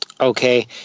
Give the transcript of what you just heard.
Okay